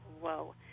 whoa